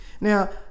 Now